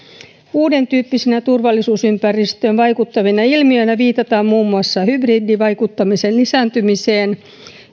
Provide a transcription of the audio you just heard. uudentyyppisinä turvallisuusympäristöön vaikuttavina ilmiöinä viitataan muun muassa hybridivaikuttamisen lisääntymiseen